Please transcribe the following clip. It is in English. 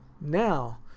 now